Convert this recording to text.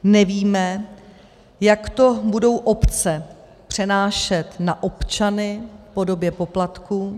Nevíme, jak to budou obce přenášet na občany v podobě poplatku.